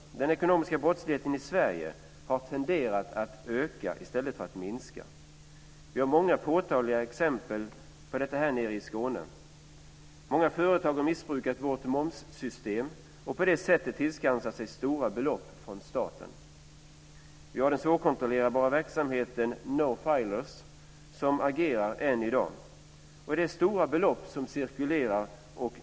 Den ekonomiska brottsligheten i Sverige har tenderat att öka i stället för att minska. Vi har många påtagliga exempel på detta nere i Skåne. Många företag har missbrukat vårt momssystem och på det sättet tillskansat sig stora belopp från staten. Vi har den svårkontrollerbara verksamheten med nonfilers som agerar än i dag. Det är stora belopp som cirkulerar.